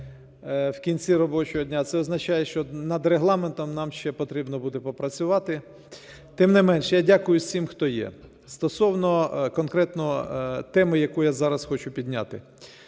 в кінці робочого дня. Це означає, що над Регламентом нам ще потрібно буде попрацювати. Тим не менше, я дякую всім, хто є. Стосовно конкретно теми, яку я зараз хочу підняти.